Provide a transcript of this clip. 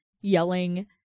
yelling